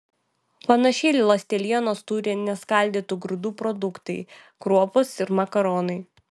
panašiai ląstelienos turi neskaldytų grūdų produktai kruopos ir makaronai